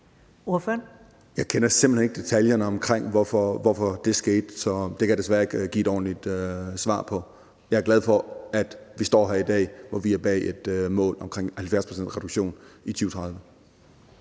Jeg kender simpelt hen ikke detaljerne, med hensyn til hvorfor det skete, så det kan jeg desværre ikke give et ordentligt svar på. Jeg er glad for, at vi står her i dag, hvor vi er bag et mål om 70 pct.s reduktion i 2030.